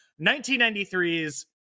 1993s